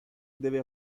deve